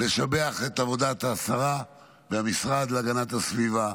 רוצה לשבח את עבודת השרה והמשרד להגנת הסביבה,